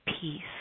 peace